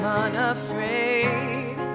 unafraid